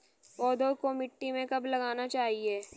पौधे को मिट्टी में कब लगाना चाहिए?